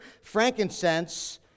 frankincense